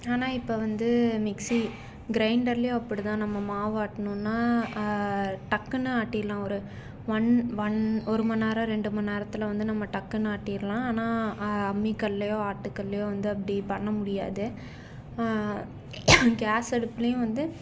ஆனால் இப்போ வந்து மிக்சி கிரைண்டர்லையும் அப்படிதான் நம்ம மாவு ஆட்டணுன்னா டக்குன்னு ஆட்டிடலாம் ஒரு ஒன் ஒன் ஒரு மணிநேரம் ரெண்டு மணிநேரத்துல வந்து நம்ம டக்குன்னு ஆட்டிடலாம் ஆனால் அம்மிக்கல்லையோ ஆட்டுக்கல்லையோ வந்து அப்படி பண்ண முடியாது கேஸ் அடுப்புலையும் வந்து